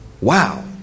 Wow